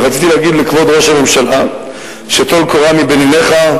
רציתי להגיד לכבוד ראש הממשלה: טול קורה מבין עיניך,